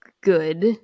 good